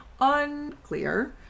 Unclear